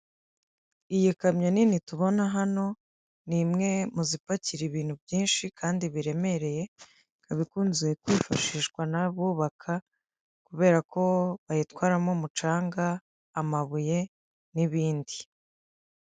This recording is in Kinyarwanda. Iyi kamyo nini tubona hano, ni imwe mu zipakira ibintu byinshi kandi biremereye, ikaba ikunze kwifashishwa n'abubaka kubera ko bayitwaramo umucanga, amabuye, n'ibindi.